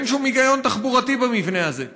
אין שום היגיון תחבורתי במבנה הזה.